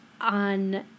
on